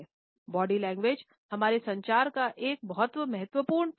body language हमारे संचार का एक बहुत महत्वपूर्ण पहलू है